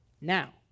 Now